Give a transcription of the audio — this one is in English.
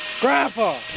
Grandpa